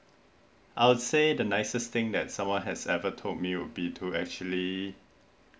I would say the nicest thing that someone has ever told me or be told actually